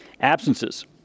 absences